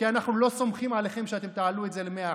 כי אנחנו לא סומכים עליכם שאתם תעלו את זה ל-100%.